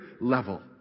level